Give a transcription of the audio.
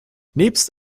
nebst